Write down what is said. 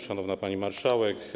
Szanowna Pani Marszałek!